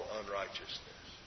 unrighteousness